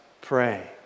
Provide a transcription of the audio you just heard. pray